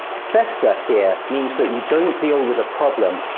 fester here means that you don't deal with a problem,